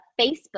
Facebook